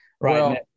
right